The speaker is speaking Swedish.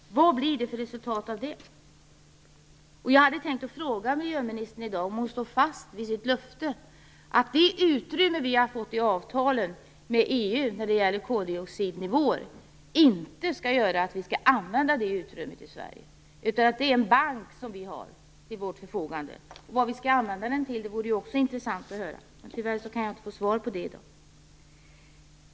Vad blir det för resultat av det? Jag hade tänkt fråga miljöministern i dag om hon står fast vid sitt löfte, att vi i Sverige inte skall använda det utrymme som vi har fått i avtalen med EU när det gäller koldioxidnivåer. Det skall vara en bank som vi har till vårt förfogande. Vad vi skall använda den till vore också intressant att höra. Tyvärr kan jag inte få svar på det i dag.